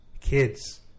Kids